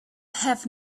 have